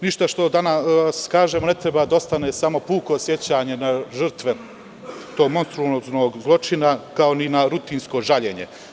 Ništa što danas kažem ne treba da ostane samo puko sećanje na žrtve tog monstruoznog zločina kao ni na rutinsko žaljenje.